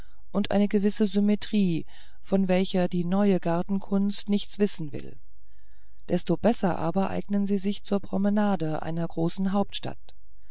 und eine gewisse symmetrie von welcher die neue gartenkunst nichts wissen will desto besser aber eignen sie sich zur promenade einer großen hauptstadt